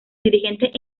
dirigentes